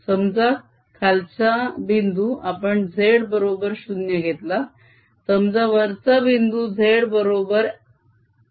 समजा खालचा बिंदू आपण z बरोबर 0 घेतला समजा वरचा बिंदू z बरोबर l आहे